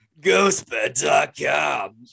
Ghostbed.com